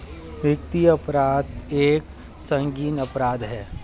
वित्तीय अपराध एक संगीन अपराध है